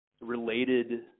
related